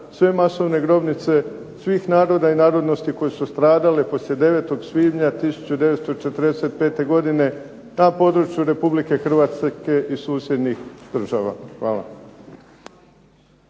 sve masovne grobnice svih naroda i narodnosti koji su stradale poslije 9. svibnja 1945. godine na području Republike Hrvatske i susjednih država. Hvala.